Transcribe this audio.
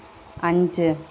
അഞ്ച്